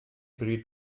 bryd